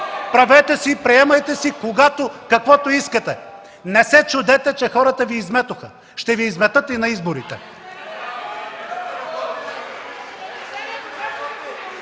Правете си, приемайте си, каквото искате! Не се чудете, че хората Ви изметоха, ще Ви изметат и на изборите!